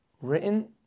written